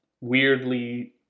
weirdly